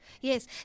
yes